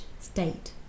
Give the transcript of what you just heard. state